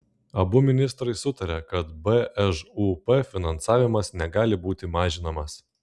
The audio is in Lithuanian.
abu ministrai sutarė kad bžūp finansavimas negali būti mažinamas